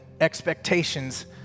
expectations